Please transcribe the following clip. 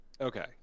Okay